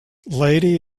lady